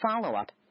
follow-up